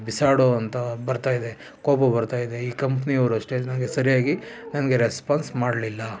ಬಿಸಾಡೋವಂಥ ಬರ್ತಾಯಿದೆ ಕೋಪ ಬರ್ತಾಯಿದೆ ಈ ಕಂಪ್ನಿಯವರು ಅಷ್ಟೇ ನನಗೆ ಸರಿಯಾಗಿ ನನಗೆ ರೆಸ್ಪಾನ್ಸ್ ಮಾಡಲಿಲ್ಲ